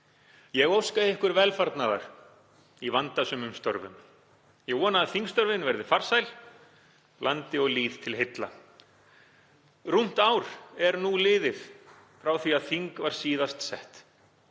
Ég óska ykkur velfarnaðar í vandasömum störfum. Ég vona að þingstörfin verði farsæl, landi og lýð til heilla. Rúmt ár er nú liðið frá því að þing var síðast sett.